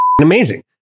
amazing